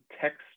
text